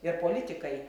ir politikai